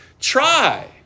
try